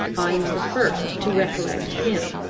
i was the first to recollect him.